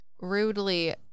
rudely